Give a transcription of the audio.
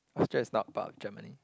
Austria is not part of Germany